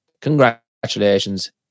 congratulations